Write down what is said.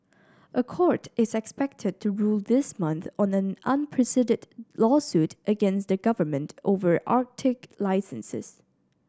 a court is expected to rule this month on an unprecedented lawsuit against the government over Arctic licenses